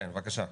כן, בבקשה.